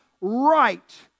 right